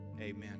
amen